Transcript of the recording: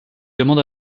demande